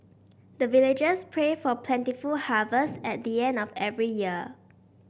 the villagers pray for plentiful harvest at the end of every year